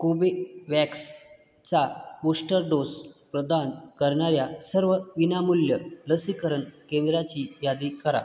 कोबेवॅक्सचा booster dose प्रदान करणाऱ्या सर्व विनामूल्य लसीकरण केंद्राची यादी करा